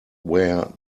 where